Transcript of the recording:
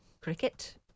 Cricket